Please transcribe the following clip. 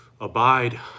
abide